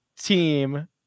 team